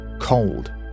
Cold